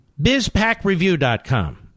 BizPackReview.com